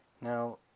Now